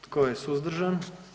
Tko je suzdržan?